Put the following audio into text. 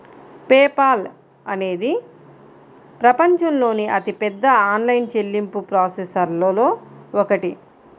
pay Paul అనేది ప్రపంచంలోని అతిపెద్ద ఆన్లైన్ చెల్లింపు ప్రాసెసర్లలో ఒకటి